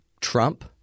Trump